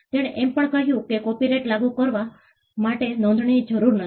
તેણે એમ પણ કહ્યું કે કોપિરાઇટ લાગુ કરવા માટે નોંધણીની જરૂર નથી